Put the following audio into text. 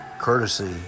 courtesy